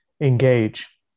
engage